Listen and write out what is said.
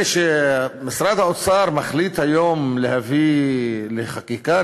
כאשר משרד האוצר מחליט היום להביא לחקיקה,